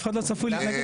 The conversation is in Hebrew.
אף אחד לא צפוי להתנגד.